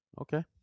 Okay